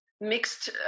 mixed